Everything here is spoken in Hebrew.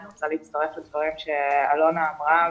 אני רוצה להצטרף לדברים שאלונה אמרה,